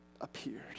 appeared